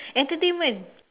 entertainment